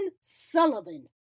sullivan